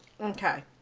Okay